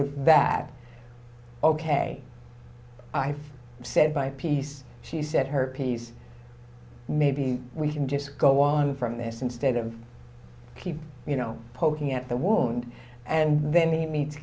with that ok i said by piece she said her piece maybe we can just go on from this instead of keep you know poking at the wound and then he meets